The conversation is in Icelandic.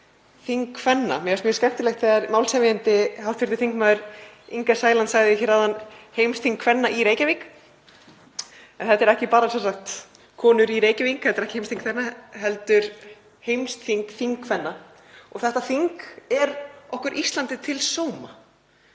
þingkvenna. Mér fannst mjög skemmtilegt þegar málshefjandi, hv. þm. Inga Sæland, sagði áðan „heimsþing kvenna í Reykjavík“, en þetta eru ekki bara konur í Reykjavík, þetta er ekki heimsþing þeirra, heldur heimsþing þingkvenna og þetta þing er okkur Íslandi til sóma.